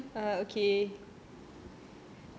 ஏறுங்க ஏறுங்க ஏறலாமே:yaerunga yaerunga yaeralaamae